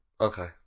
okay